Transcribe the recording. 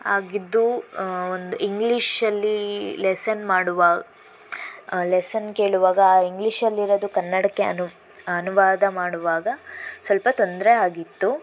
ಆಗಿದ್ದು ಒಂದು ಇಂಗ್ಲೀಷಲ್ಲಿ ಲೆಸನ್ ಮಾಡುವ ಲೆಸನ್ ಕೇಳುವಾಗ ಆ ಇಂಗ್ಲೀಷಲ್ಲಿ ಇರೋದು ಕನ್ನಡಕ್ಕೆ ಅನು ಅನುವಾದ ಮಾಡುವಾಗ ಸ್ವಲ್ಪ ತೊಂದರೆ ಆಗಿತ್ತು